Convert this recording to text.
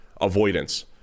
avoidance